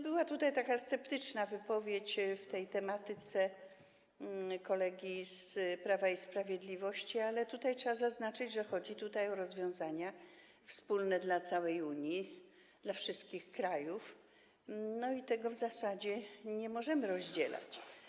Była tutaj taka sceptyczna wypowiedź na ten temat kolegi z Prawa i Sprawiedliwości, ale trzeba zaznaczyć, że chodzi o rozwiązania wspólne dla całej Unii, dla wszystkich krajów i tego w zasadzie nie możemy rozdzielać.